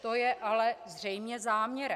To je ale zřejmě záměrem.